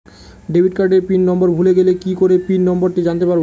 Debit কার্ডের pin number ভুলে গেলে কি করে পিন নম্বরটি জানতে পারবো?